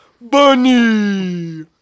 bunny